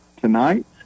tonight